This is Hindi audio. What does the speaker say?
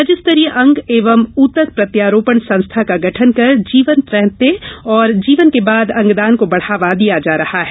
राज्यस्तरीय अंग एवं ऊतक प्रत्यारोपण संस्था का गठन कर जीवन रहते और जीवन के बाद अंगदान को बढ़ावा दिया जा रहा है